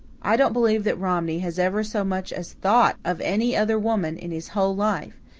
i don't believe that romney has ever so much as thought of any other woman in his whole life,